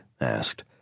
Asked